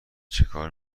چیکار